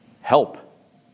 help